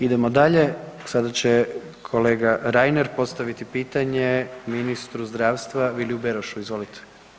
Idemo dalje, sada će kolega Reiner postaviti pitanje ministru zdravstva Viliju Berošu, izvolite.